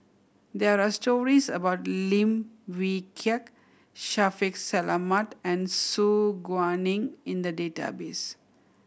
there are stories about Lim Wee Kiak Shaffiq Selamat and Su Guaning in the database